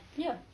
ya